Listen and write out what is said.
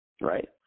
right